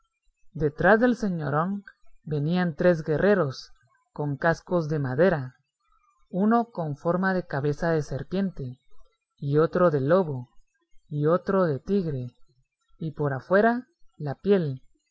detrás del señorón venían tres guerreros con cascos de madera uno con forma de cabeza de serpiente y otro de lobo y otro de tigre y por afuera la piel